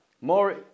more